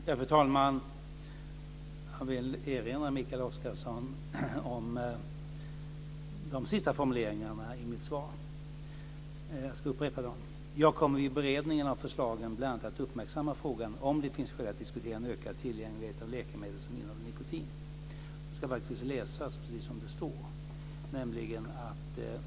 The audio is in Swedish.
Fru talman! Jag vill erinra Mikael Oscarsson om de sista formuleringarna i mitt svar. Jag ska upprepa dem: "Jag kommer vid beredningen av förslagen bl.a. att uppmärksamma frågan om det finns skäl att diskutera en ökad tillgänglighet av läkemedel som innehåller nikotin." Detta ska faktiskt läsas precis som det står.